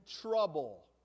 trouble